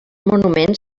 monument